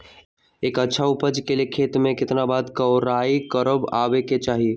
एक अच्छा उपज के लिए खेत के केतना बार कओराई करबआबे के चाहि?